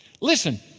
Listen